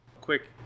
Quick